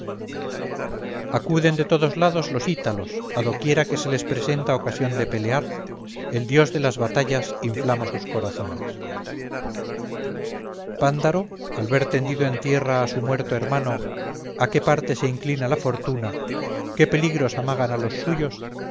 acuden de todos lados los ítalos a do quiera que se les presenta ocasión de pelear el dios de las batallas inflama sus corazones pándaro al ver tendido en tierra a su muerto hermano a qué parte se inclina la fortuna qué peligros amagan a los suyos